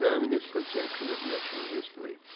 a um and misconception of natural history.